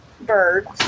birds